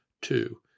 Two